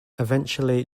eventually